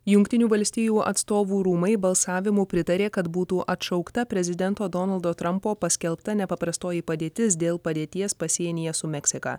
jungtinių valstijų atstovų rūmai balsavimu pritarė kad būtų atšaukta prezidento donaldo trampo paskelbta nepaprastoji padėtis dėl padėties pasienyje su meksika